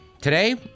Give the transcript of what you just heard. Today